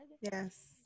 Yes